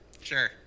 Sure